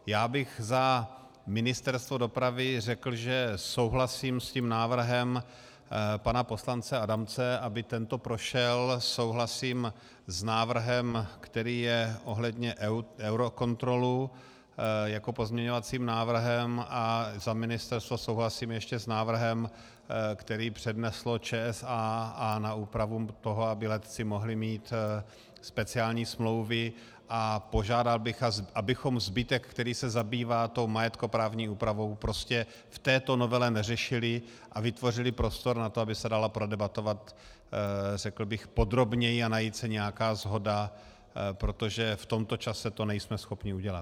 Já bych za Ministerstvo dopravy řekl, že souhlasím s návrhem pana poslance Adamce, aby tento prošel, souhlasím s návrhem, který je ohledně Eurocontrolu, jako pozměňovacím návrhem a za ministerstvo souhlasím ještě s návrhem, který předneslo ČSA na úpravu toho, aby letci mohli mít speciální smlouvy, a požádal bych, abychom zbytek, který se zabývá majetkoprávní úpravou, prostě v této novele neřešili a vytvořili prostor na to, aby se dala prodebatovat, řekl bych, podrobněji a najít se nějaká shoda, protože v tomto čase to nejsme schopni udělat.